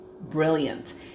brilliant